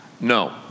No